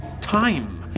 time